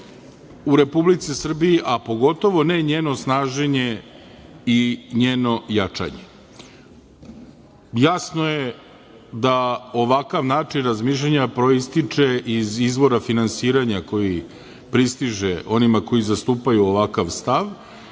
u Republici Srbiji, a pogotovo ne njeno snaženje i njeno jačanje. Jasno je da ovakav način razmišljanja proističe iz izvora finansiranja koji pristiže onima koji zastupaju ovakav stav,